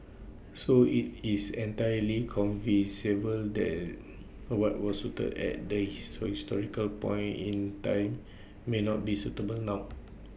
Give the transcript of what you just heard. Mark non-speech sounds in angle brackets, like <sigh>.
so IT is entirely <unintelligible> the what was suit at that he <unintelligible> historical point in time may not be suitable now